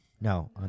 No